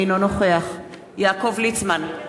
אינו נוכח יעקב ליצמן,